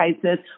crisis